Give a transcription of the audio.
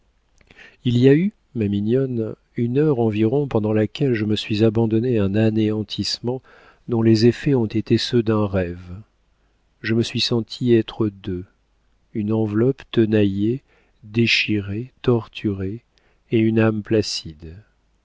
il y a eu ma mignonne une heure environ pendant laquelle je me suis abandonnée à un anéantissement dont les effets ont été ceux d'un rêve je me suis sentie être deux une enveloppe tenaillée déchirée torturée et une âme placide